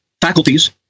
faculties